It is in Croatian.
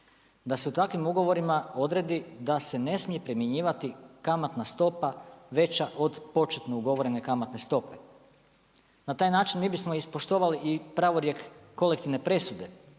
Da se u takvim ugovorim odredi, da se ne smije primjenjivati kamatna stupa veća od početne ugovorene kamatne stope. Na taj način mi bismo ispoštovali i pravorijek kolektivne presude,